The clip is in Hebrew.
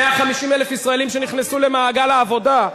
150,000 ישראלים שנכנסו למעגל העבודה.